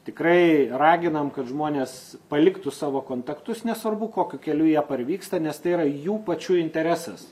tikrai raginam kad žmonės paliktų savo kontaktus nesvarbu kokiu keliu jie parvyksta nes tai yra jų pačių interesas